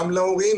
גם להורים,